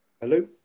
hello